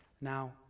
Now